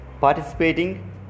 participating